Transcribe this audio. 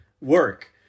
work